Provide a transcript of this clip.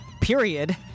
period